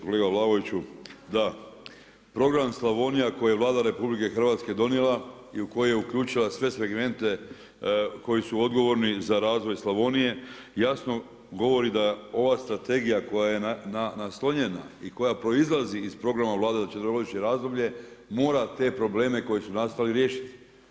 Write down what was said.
Kolega Vlaoviću, da program Slavonija koji je Vlada RH donijela i u koji je uključila sve segmente koji su odgovorni za razvoj Slavonije jasno govori da ova strategija koja je naslonjena i koja proizlazi iz programa Vlade za četverogodišnje razdoblje mora te probleme koji su nastali riješiti.